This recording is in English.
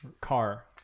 car